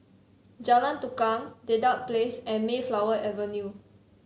Jalan Tukang Dedap Place and Mayflower Avenue